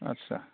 आदसा